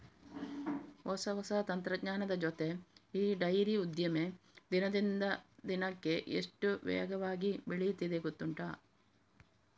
ಹೊಸ ಹೊಸ ತಂತ್ರಜ್ಞಾನದ ಜೊತೆ ಈ ಡೈರಿ ಉದ್ದಿಮೆ ದಿನದಿಂದ ದಿನಕ್ಕೆ ಎಷ್ಟು ವೇಗವಾಗಿ ಬೆಳೀತಿದೆ ಗೊತ್ತುಂಟಾ